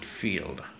field